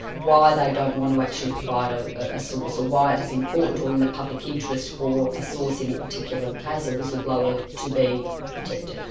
why they don't want to actually provide a a source, or why it is important or in the public interest for a source in a particular case, a whistleblower, to be protected.